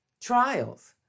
trials